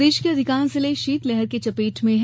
मौसम प्रदेश के अधिकांश जिले शीतलहर की चपेट में है